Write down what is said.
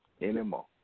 anymore